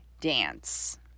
dance